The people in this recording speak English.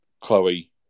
Chloe